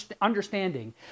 understanding